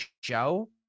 show